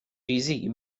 ریزی